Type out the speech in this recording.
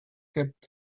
kept